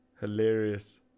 Hilarious